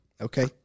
Okay